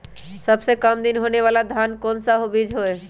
सबसे काम दिन होने वाला धान का कौन सा बीज हैँ?